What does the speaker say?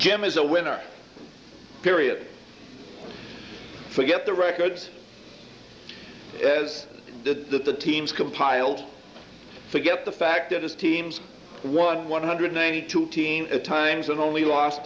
jim is a winner period forget the records as the teams compiled forget the fact that his team's one one hundred ninety two team at times and only lost